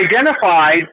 identified